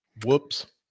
Whoops